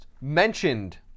mentioned